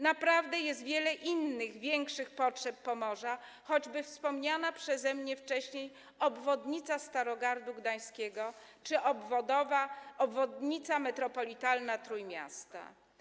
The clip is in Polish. Naprawdę jest wiele innych, większych potrzeb Pomorza, choćby wspomniana przeze mnie wcześniej obwodnica Starogardu Gdańskiego czy Obwodnica Metropolitalna Trójmiasta.